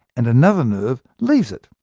and another nerve leaves it.